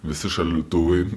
visi šaldytuvai